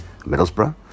Middlesbrough